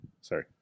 Sorry